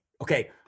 Okay